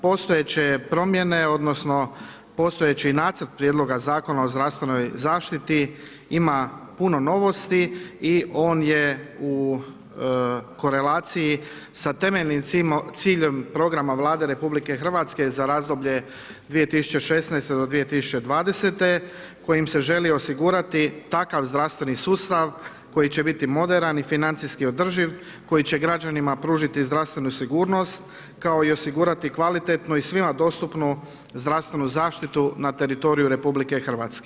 Postojeće promjene odnosno postojeći nacrt Prijedloga Zakon o zdravstvenoj zaštiti ima puno novosti i on je u korelaciji sa temeljnim ciljem programa Vlade RH za razdoblje 2016. do 2020. kojim se želi osigurati takav zdravstveni sustav koji će biti moderan i financijski održiv, koji će građanima pružiti zdravstvenu sigurnost, kao i osigurati kvalitetnu i svima dostupnu zdravstvenu zaštitu na teritoriju RH.